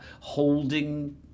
holding